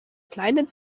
kleinen